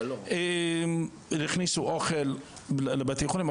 הכניסו אוכל לבתי חולים,